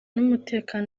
n’umutekano